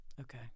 Okay